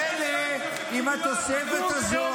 מילא אם התוספת הזו,